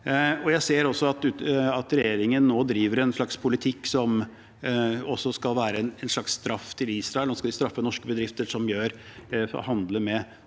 Jeg ser at regjeringen nå driver en slags politikk som også skal være en slags straff for Israel. Nå skal vi straffe norske bedrifter som handler